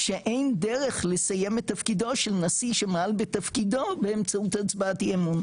שאין דרך לסיים את תפקידו של נשיא שמעל בתפקידו באמצעות הצבעת אי אמון.